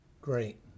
Great